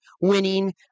winning